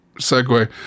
segue